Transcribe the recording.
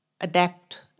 adapt